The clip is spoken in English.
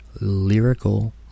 Lyrical